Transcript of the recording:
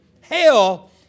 Hell